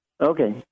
Okay